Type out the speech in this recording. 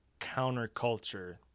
counterculture